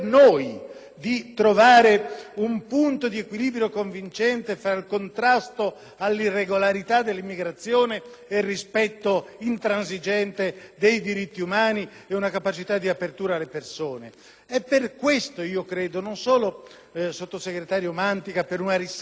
di trovare un punto di equilibrio convincente fra il contrasto all'irregolarità dell'immigrazione e il rispetto intransigente dei diritti umani ed una capacità di apertura alle persone. È per questo, credo, sottosegretario Mantica, non solo per una riserva,